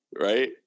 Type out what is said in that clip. right